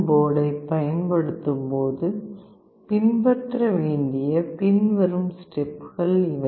போர்டைப் பயன்படுத்தும்போது பின்பற்ற வேண்டிய பின்வரும் ஸ்டெப்கள் இவை